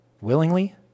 willingly